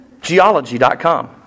geology.com